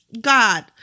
God